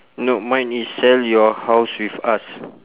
nope mine is sell your house with us